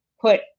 put